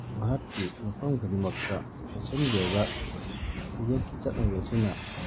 ꯚꯥꯔꯠꯀꯤ ꯃꯐꯝ ꯈꯨꯗꯤꯡꯃꯛꯇ ꯐꯦꯁꯟꯒꯤ ꯑꯣꯏꯕ ꯐꯤꯖꯦꯠꯀꯤ ꯆꯠꯅꯕꯤ ꯑꯁꯤꯅ